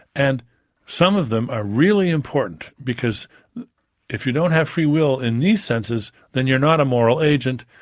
and some of them are really important, because if you don't have free will in these senses then you're not a moral agent,